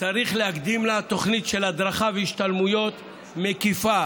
צריך להקדים לה תוכנית של הדרכה והשתלמויות מקיפה